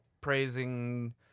praising